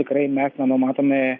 tikrai mes nenumatome